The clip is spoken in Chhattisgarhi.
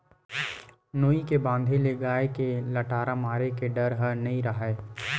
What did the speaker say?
नोई के बांधे ले गाय के लटारा मारे के डर ह नइ राहय